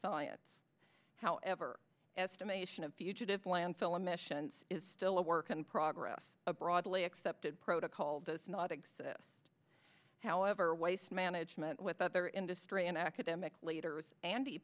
science however estimation of fugitive landfill emissions is still a work in progress a broadly accepted protocol does not exist however waste management with other industry and academic leaders and